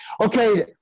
okay